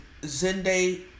Zenday